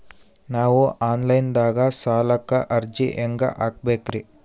ನಾವು online ದಾಗ ಸಾಲಕ್ಕ ಅರ್ಜಿ ಹೆಂಗ ಹಾಕಬೇಕ್ರಿ?